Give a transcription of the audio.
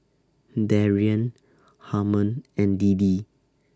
Darian Harmon and Deedee